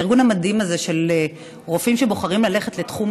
הארגון המדהים הזה של רופאים שבוחרים ללכת לתחום